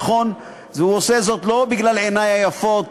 נכון, הוא עושה זאת לא בגלל עיני היפות,